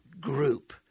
group